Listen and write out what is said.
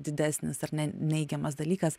didesnis ar ne neigiamas dalykas